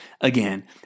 again